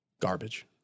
Garbage